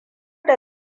da